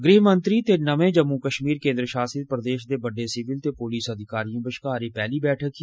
गृहमंत्री ते नमें जम्मू कश्मीर केन्द्र शासित प्रदेश दे बड्डे सिविल ते पुलस अधिकारिएं बश्कार एह् पैह्ली बैठक ही